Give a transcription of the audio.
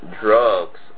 drugs